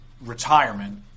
retirement